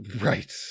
right